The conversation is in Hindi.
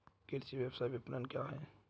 कृषि व्यवसाय विपणन क्या है?